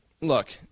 look